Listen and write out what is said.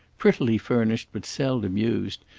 prettily furnished but seldom used,